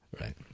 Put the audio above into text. Right